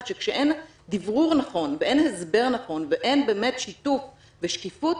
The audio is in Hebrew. שכשאין דברור נכון ואין הסבר נכון ואין שיתוף ושקיפות,